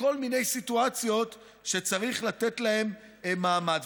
בכל מיני סיטואציות, שצריך לתת להן מעמד.